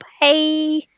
Bye